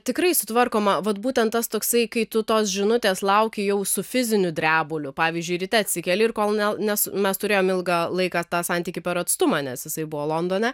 tikrai sutvarkoma vat būtent tas toksai kai tu tos žinutės lauki jau su fiziniu drebuliu pavyzdžiui ryte atsikeli ir kol ne nes mes turėjome ilgą laiką tą santykį per atstumą nes jisai buvo londone